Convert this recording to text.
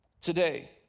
today